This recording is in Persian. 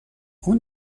اون